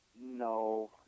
No